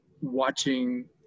watching